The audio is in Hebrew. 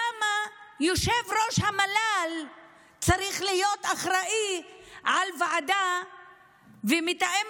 למה יושב-ראש המל"ל צריך להיות אחראי לוועדה ולהיות מתאם